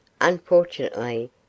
unfortunately